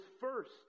first